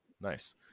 nice